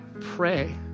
pray